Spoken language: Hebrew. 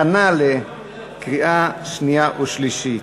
להכנה לקריאה שנייה ושלישית.